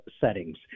settings